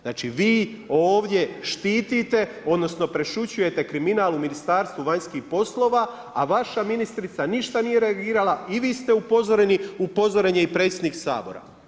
Znači vi ovdje štitite odnosno presušujete kriminal u Ministarstvu vanjskih poslova a vaša ministrica ništa nije reagirali i vi ste upozoreni, upozoren je i predsjednik Sabora.